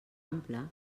ampla